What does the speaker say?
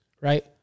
right